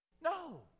No